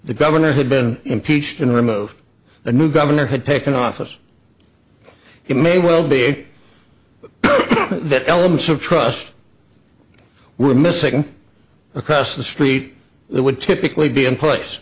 the governor had been impeached and removed a new governor had taken office he may well be a elements of trust were missing across the street it would typically be in place